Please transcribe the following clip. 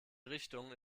richtungen